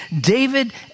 David